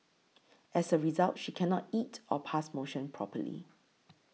as a result she cannot eat or pass motion properly